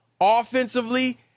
offensively